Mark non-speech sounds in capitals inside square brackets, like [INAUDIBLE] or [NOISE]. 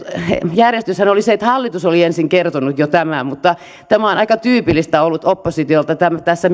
järjestyshän oli se että hallitus oli ensin kertonut jo tämän tämä on aika tyypillistä ollut oppositiolta tässä [UNINTELLIGIBLE]